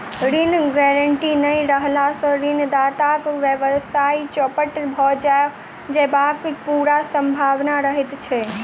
ऋण गारंटी नै रहला सॅ ऋणदाताक व्यवसाय चौपट भ जयबाक पूरा सम्भावना रहैत छै